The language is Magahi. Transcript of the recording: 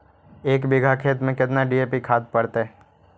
एक बिघा खेत में केतना डी.ए.पी खाद पड़तै?